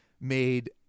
made